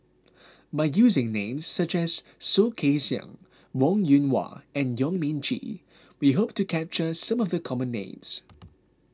by using names such as Soh Kay Siang Wong Yoon Wah and Yong Mun Chee we hope to capture some of the common names